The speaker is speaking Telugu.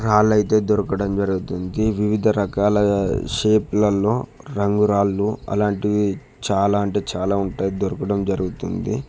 రాళ్ళు అయితే దొరకడం జరుగుతుంది వివిధ రకాల షేప్లలో రంగు రాళ్ళు అలాంటివి చాలా అంటే చాలా ఉంటాయి దొరకడం జరుగుతుంది